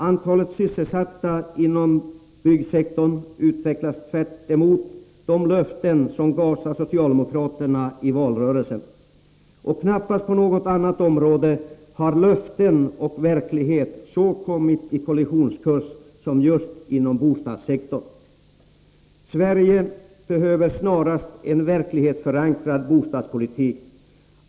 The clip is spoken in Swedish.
Antalet sysselsatta inom bostadssektorn utvecklas tvärtemot de löften som gavs av socialdemokraterna i valrörelsen. Knappast på något annat område 83 har löften och verklighet så kommit på kollisionskurs som just inom bostadssektorn. Sverige behöver snarast en verklighetsförankrad bostadspolitik.